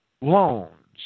loans